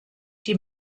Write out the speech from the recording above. die